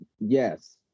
Yes